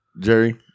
Jerry